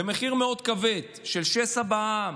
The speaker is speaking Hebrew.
במחיר מאוד כבד של שסע בעם,